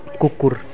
कुकुर